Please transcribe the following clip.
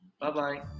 Bye-bye